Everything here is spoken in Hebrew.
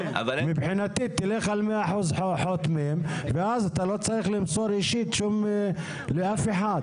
מבחינתי תלך על 100% חותמים ואז אתה לא צריך למסור אישית לאף אחד.